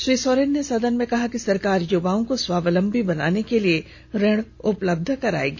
श्री सोरेन ने सदन में कहा कि सरकार युवाओं को स्वावलंबी बनाने के लिए ऋण उपलब्ध कराएगी